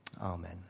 Amen